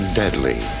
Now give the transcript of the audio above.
deadly